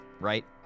right